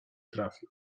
trafił